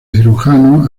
cirujano